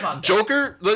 Joker